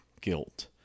guilt